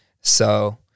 So-